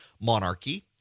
monarchy